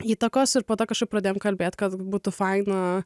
įtakos ir po to kažkaip pradėjome kalbėti kad būtų faina